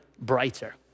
brighter